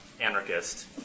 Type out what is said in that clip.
Anarchist